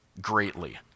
greatly